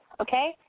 okay